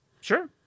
Sure